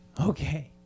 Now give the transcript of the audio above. okay